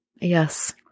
Yes